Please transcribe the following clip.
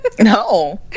No